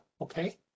okay